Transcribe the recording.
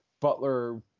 Butler